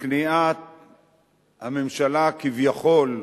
לכניעת הממשלה, כביכול,